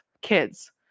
kids